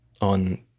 on